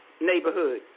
neighborhood